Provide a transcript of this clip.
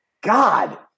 God